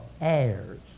heirs